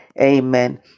amen